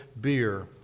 Beer